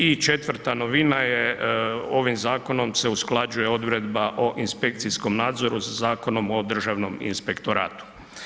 I četvrta novina je ovim zakonom se usklađuje odredba o inspekcijskom nadzoru sa Zakonom o državnom inspektoratom.